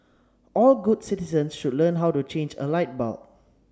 all good citizens should learn how to change a light bulb